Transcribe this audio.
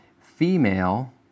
female